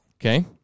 okay